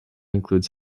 includes